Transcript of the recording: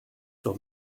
sur